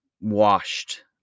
washed